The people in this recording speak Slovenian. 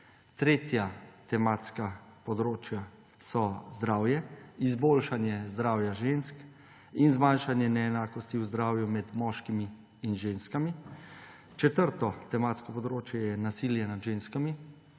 Tretja tematska področja so zdravje, izboljšanje zdravja žensk in zmanjšanje neenakosti v zdravju med moškimi in ženskami. Četrto tematsko področje je nasilje nad ženskami,